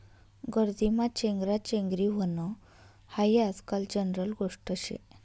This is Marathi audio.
गर्दीमा चेंगराचेंगरी व्हनं हायी आजकाल जनरल गोष्ट शे